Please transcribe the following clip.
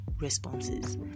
responses